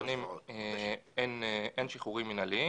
האחרונים אין שחרורים מינהליים,